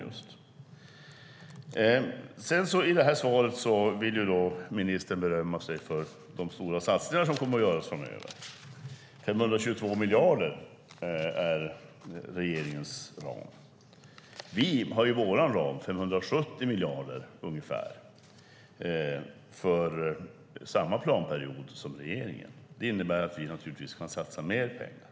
Ministern berömde sig i svaret över de stora satsningar som ska göras framöver. 522 miljarder är regeringens ram. Vi har i vår ram 570 miljarder för samma planperiod som regeringen. Det innebär att vi naturligtvis kan satsa mer pengar.